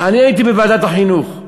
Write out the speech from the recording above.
אני הייתי בוועדת החינוך,